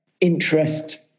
interest